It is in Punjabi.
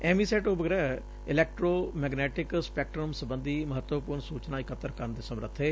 ਐਮੀਸੈਟ ਉਪਗ੍ਹਿ ਇਲੈਕਟਰੋ ਮੈਗਨੈਟਿਕ ਸਪੈਕਟਰਮ ਸਬੰਧੀ ਮਹੱਤਵਪੁਰਨ ਸੁਚਨਾ ਇਕੱਤਰ ਕਰਨ ਦੇ ਸਮੱਰਥ ਏ